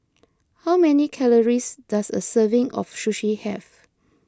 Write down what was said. how many calories does a serving of Sushi have